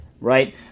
right